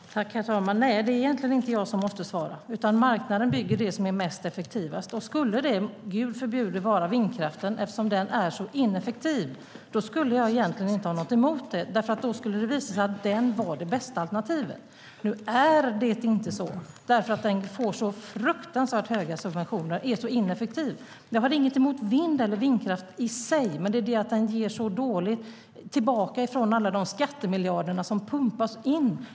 Herr talman! Nej, det är egentligen inte jag som måste svara, utan marknaden bygger det som är mest effektivt. Skulle det vara vindkraften - Gud förbjude, eftersom den är så ineffektiv - skulle jag egentligen inte ha något emot det. För då skulle det visa sig att den var det bästa alternativet. Nu är det inte så, för den får fruktansvärt höga subventioner och är ineffektiv. Jag har inget emot vind eller vindkraft i sig, men den ger dåligt tillbaka från alla de skattemiljarder som pumpas in.